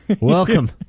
Welcome